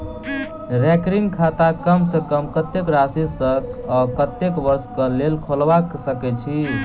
recurring खाता कम सँ कम कत्तेक राशि सऽ आ कत्तेक वर्ष कऽ लेल खोलबा सकय छी